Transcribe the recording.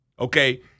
Okay